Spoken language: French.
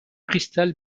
cristal